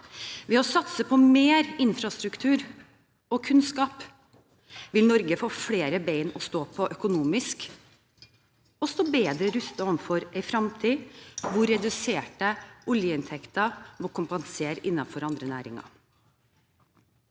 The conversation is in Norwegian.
Ved å satse på mer infrastruktur og kunnskap vil Norge få flere bein å stå på økonomisk, og stå bedre rustet overfor en fremtid da reduserte oljeinntekter må kompenseres innenfor andre næringer.